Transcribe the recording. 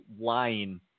line